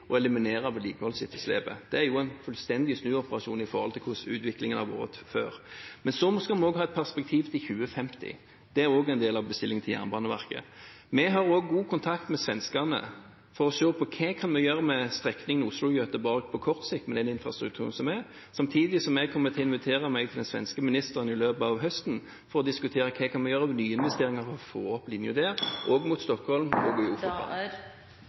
eliminere vedlikeholdsetterslepet. Det er jo en fullstendig snuoperasjon i forhold til hvordan utviklingen har vært før. Men så skal vi også ha et perspektiv fram til 2050; det er også en del av bestillingen til Jernbaneverket. Vi har også god kontakt med svenskene for å se på hva vi kan gjøre med strekningen Oslo–Gøteborg på kort sikt, med den infrastrukturen som er, samtidig som jeg kommer til å invitere meg til den svenske ministeren i løpet av høsten for å diskutere hva vi kan gjøre med nyinvesteringer for å få opp linjen der og mot Stockholm